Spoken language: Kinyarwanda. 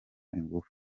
ingufu